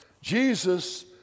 Jesus